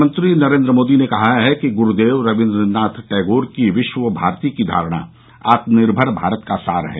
प्रधानमंत्री नरेंद्र मोदी ने कहा है कि गुरुदेव रवीन्द्रनाथ टैगोर की विश्व भारती की धारणा आत्मनिर्भर भारत का सार है